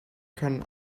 können